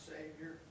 Savior